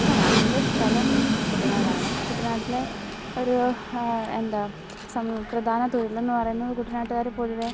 ആ എൻ്റെ സ്ഥലം കുട്ടനാടാണ് കുട്ടനാട്ടിലെ ഒരു എന്താണ് പ്രധാന തൊഴിൽ എന്നു പറയുന്നത് കുട്ടനാട്ടുകാർ പൊതുവെ